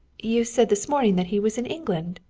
you said this morning that he was in england.